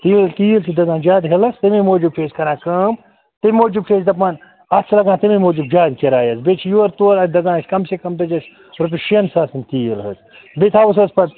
تیٖل تیٖل چھِ دَزان زیادٕ ہِلَس تَمے موٗجوٗب چھِ أسۍ کَران کٲم تَمہِ موٗجوٗب چھِ أسۍ دَپان اَتھ چھِ لَگان تَمے موٗجوٗب جادٕ کِراے حظ بیٚیہِ چھِ یور تور اَتھ دَزان اَسہِ کَم سے کَم دَزِ اَسہِ رۄپیَس شٮ۪ن ساسَن تیٖل حظ بیٚیہِ تھاوُس حظ پَتہٕ